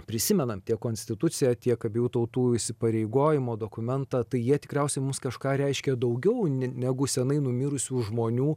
prisimenam tiek konstituciją tiek abiejų tautų įsipareigojimo dokumentą tai jie tikriausiai mums kažką reiškia daugiau ne negu seniai numirusių žmonių